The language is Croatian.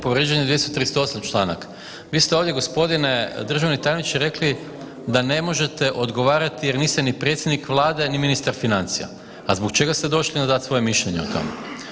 Povrijeđen je 238. članak, vi ste ovdje gospodine državni tajniče rekli da ne možete odgovarati jer niste ni predsjednik Vlade, ni ministar financija, a zbog čega ste došli onda dati svoje mišljenje o tome?